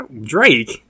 Drake